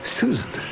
Susan